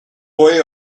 boy